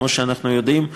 כמו שאנחנו יודעים,